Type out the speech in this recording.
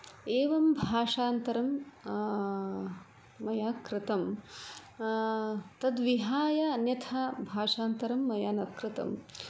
एवं भाषान्तरम् मया कृतं तद्विहाय अन्यथा भाषान्तरं मया न कृतम्